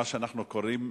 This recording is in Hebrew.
מה שאנחנו קוראים.